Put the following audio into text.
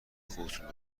خودتون